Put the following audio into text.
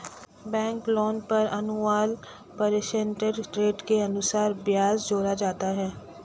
bank loan पर annual percentage rate के अनुसार ब्याज जोड़ा जाता है